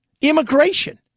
Immigration